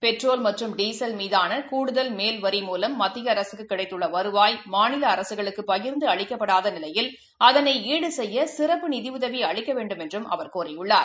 petrol மற்றும் diesel மீதானகூடுதல் மேல்வரி மூலம் மத்தியஅரசுக்குகிடைத்துள்ளவருவாய் மாநிலஅரசுகளுக்குபகிா்ந்துஅளிக்கப்படாதநிலையில் அதனைஈடுசெய்யசிறப்பு நிதியுதவிஅளிக்கவேண்டும் என்றும் அவர் கோரியுள்ளார்